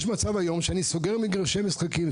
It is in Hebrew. יש היום מצב שאני סוגר מגרשי משחקים,